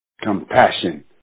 Compassion